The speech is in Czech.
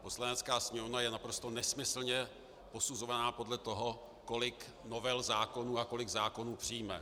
Poslanecká sněmovna je naprosto nesmyslně posuzovaná podle toho, kolik novel zákonů a kolik zákonů přijme.